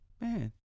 man